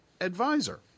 advisor